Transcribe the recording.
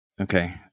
Okay